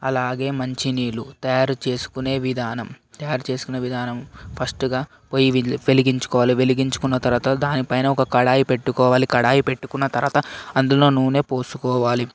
అలాగే మంచినీళ్లు తయారు చేసుకునే విధానం తయారు చేసుకునే విధానం ఫస్ట్గా పొయ్యి వెలిగించుకోవాలి వెలిగించుకున్న తర్వాత దాని పైన ఒక కడాయి పెట్టుకోవాలి కడాయి పెట్టుకున్న తర్వాత అందులో నూనె పోసుకోవాలి